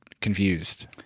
confused